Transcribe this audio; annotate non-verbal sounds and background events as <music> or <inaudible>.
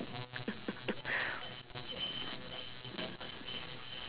<laughs>